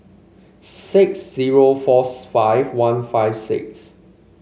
six zero fours five one five six